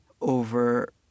over